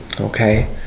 Okay